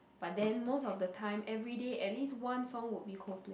but then most of the time everyday at least one song will be Coldplay